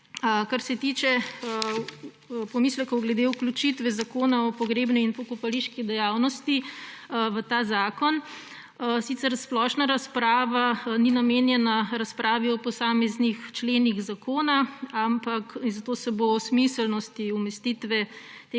Kar se tiče pomislekov glede vključitve zakona o pogrebni in pokopališki dejavnosti v ta zakon. Sicer splošna razprava ni namenjena razpravi o posameznih členih zakona, zato se bo o smiselnosti umestitve